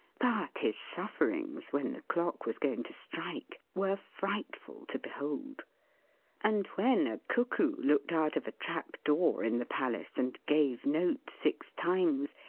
but his sufferings when the clock was going to strike, were frightful to behold and when a cuckoo looked out of a trap-door in the palace, and gave note six times,